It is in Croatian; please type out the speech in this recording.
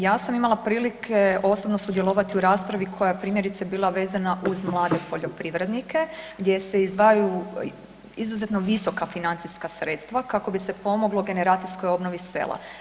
Ja sam imala prilike osobno sudjelovati u raspravi koja je primjerice bila vezana uz mlade poljoprivrednike gdje se izdvajaju izuzetno visoka financijska sredstva kako bi se pomoglo generacijskog obnovi sela.